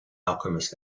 alchemist